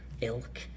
ilk